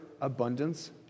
abundance